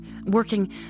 working